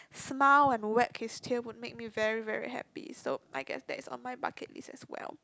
smile and wet custom will make me very very happy so I guess that is on my bucket list as well